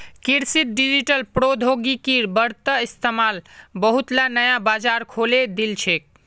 कृषित डिजिटल प्रौद्योगिकिर बढ़ त इस्तमाल बहुतला नया बाजार खोले दिल छेक